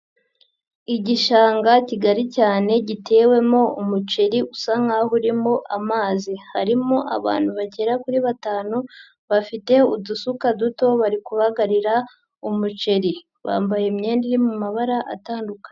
Igishanga kigari cyane gitewemo umuceri usa nkaho urimo amazi, harimo abantu bagera kuri batanu bafite udusuka duto bari kubagarira umuceri, bambaye imyenda iri mu mabara atandukanye.